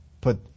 put